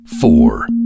four